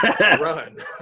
Run